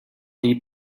deep